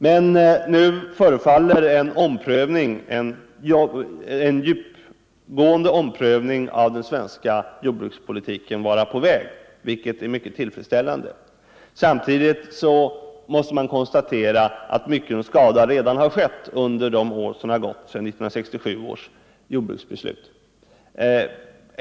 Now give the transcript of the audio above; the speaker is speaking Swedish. Men nu förefaller en djupgående omprövning av den svenska jordbrukspolitiken vara på väg, vilket är mycket tillfredsställande. Samtidigt måste man dock konstatera att stor skada redan har skett under de år som gått sedan 1967 års jordbruksbeslut.